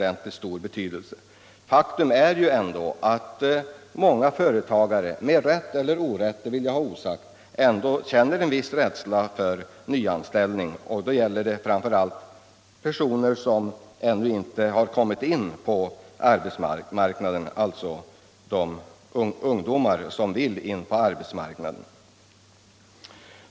Ett faktum är att många företagare — med rätt eller orätt vill jag låta vara osagt — ändå känner en viss rädsla för nyanställningar. De som drabbas är fram för allt personer som ännu inte har kommit in på arbetsmarknaden, alltså ungdomar som vill in på arbetsmarknaden.